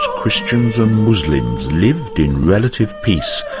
ah christians and muslims lived in relative peace,